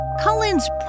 Cullen's